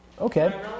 Okay